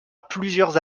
plusieurs